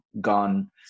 gone